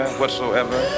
whatsoever